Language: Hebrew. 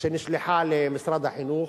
שנשלחה למשרד החינוך.